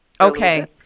Okay